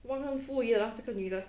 忘恩负义的 lah 这个女的